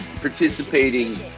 participating